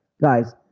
guys